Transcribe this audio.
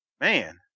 man